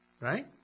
Right